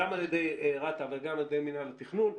גם על ידי רת"א וגם על ידי מינהל התכנון,